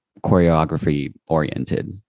choreography-oriented